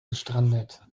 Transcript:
gestrandet